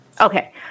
Okay